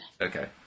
Okay